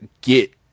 get